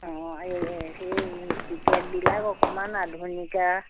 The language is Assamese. অঁ এই সেই টিকেটবিলাক অকণমান আধুনিকা